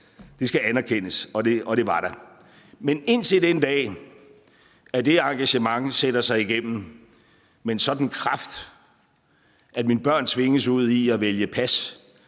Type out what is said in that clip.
skal anerkendes – og det var der. Men indtil den dag, hvor det engagement sætter sig igennem med en sådan kraft, at mine børn tvinges ud i at vælge pas,